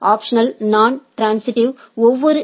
optional நான் ட்ரான்ஸிட்டிவ்ஒவ்வொரு B